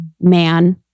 man